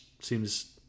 seems